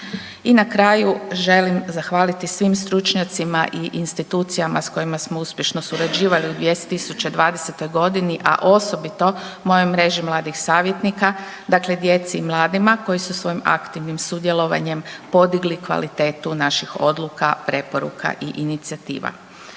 I na kraju, želim zahvaliti svim stručnjacima i institucijama s kojima smo uspješno surađivali u 2020. g., a osobito mojoj Mreži mladih savjetnika, dakle djeci i mladima koji su svojim aktivnim sudjelovanjem podigli kvalitetu naših odluka, preporuka i inicijativa.